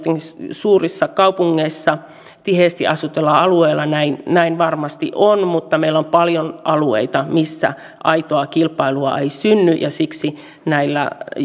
suurissa kaupungeissa tiheästi asutulla alueella näin näin varmasti on mutta meillä on paljon alueita missä aitoa kilpailua ei synny ja siksi näillä